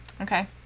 Okay